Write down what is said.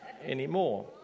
anymore